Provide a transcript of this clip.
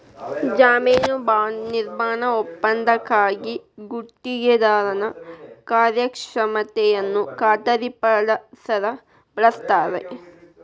ಜಾಮೇನು ಬಾಂಡ್ ನಿರ್ಮಾಣ ಒಪ್ಪಂದಕ್ಕಾಗಿ ಗುತ್ತಿಗೆದಾರನ ಕಾರ್ಯಕ್ಷಮತೆಯನ್ನ ಖಾತರಿಪಡಸಕ ಬಳಸ್ತಾರ